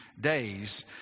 days